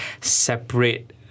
separate